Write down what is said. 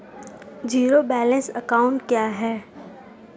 Zero balance account क्या है?